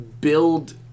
build